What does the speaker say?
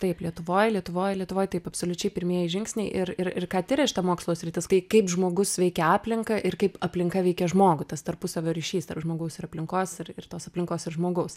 taip lietuvoj lietuvoj lietuvoj taip absoliučiai pirmieji žingsniai ir ir ir ką tiria šita mokslo sritis tai kaip žmogus veikia aplinką ir kaip aplinka veikia žmogų tas tarpusavio ryšys tarp žmogaus ir aplinkos ir ir tos aplinkos ir žmogaus